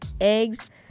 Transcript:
eggs